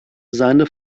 seine